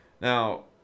Now